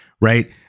Right